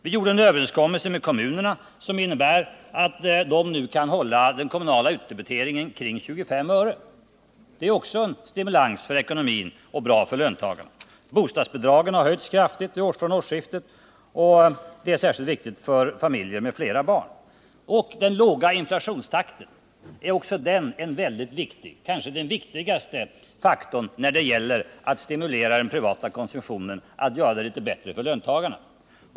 Vi gjorde en överenskommelse med kommunerna som innebar att de nu kan hålla ökningen av den kommunala utdebiteringen kring 25 öre — det är också en stimulans för ekonomin och bra för löntagarna. Bostadsbidragen har höjts kraftigt från årsskiftet, och det är särskilt viktigt för familjer med flera barn. Den låga inflationstakten är också mycket viktig, kanske den viktigaste faktorn när det gäller att stimulera den privata konsumtionen, att göra det litet bättre för löntagarna.